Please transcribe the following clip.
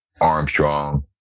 armstrong